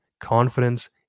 confidence